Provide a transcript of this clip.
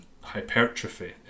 hypertrophy